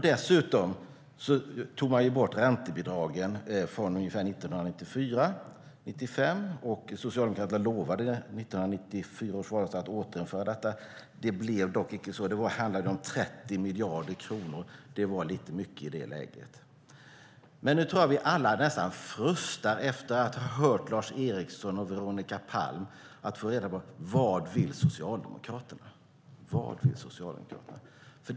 Dessutom togs räntebidragen bort omkring 1994-1995. Socialdemokraterna lovade i 1994 års valrörelse att återinföra dem. Det blev dock inte så. Det handlade om 30 miljarder kronor, vilket var lite mycket i det läget. Efter att ha hört Lars Eriksson och Veronica Palm frustar vi alla efter att få höra vad Socialdemokraterna vill.